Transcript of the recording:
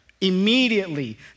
Immediately